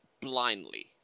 blindly